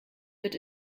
wird